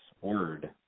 word